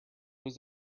was